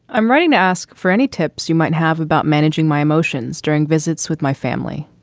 i'm writing to ask for any tips you might have about managing my emotions during visits with my family.